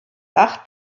acht